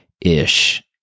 ish